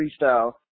freestyle